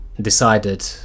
decided